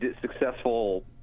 Successful